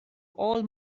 all